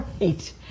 right